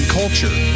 culture